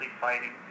fighting